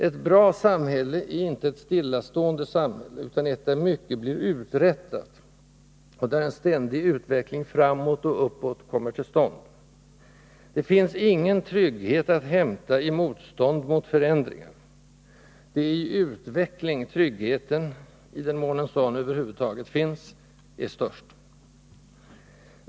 Ett bra samhälle är inte ett stillastående samhälle utan ett, där mycket blir uträttat och där en ständig utveckling framåt och uppåt kommer till stånd. Det finns ingen trygghet att hämta i motstånd mot förändringar. Det är i utveckling tryggheten — i den mån en sådan över huvud taget finns — är störst.